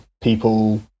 people